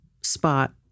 spot